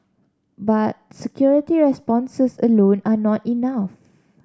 but security responses alone are not enough